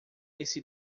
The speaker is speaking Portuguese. esse